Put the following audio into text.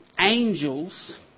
angels